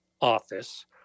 Office